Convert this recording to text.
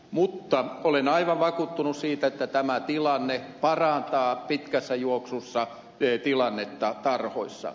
mutta olen aivan vakuuttunut siitä että tämä tilanne parantaa pitkässä juoksussa tilannetta tarhoissa